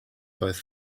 both